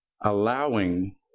allowing